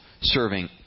serving